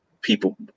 people